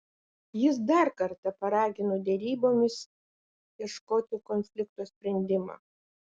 jis dar kartą paragino derybomis ieškoti konflikto sprendimo